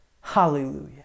Hallelujah